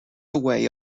away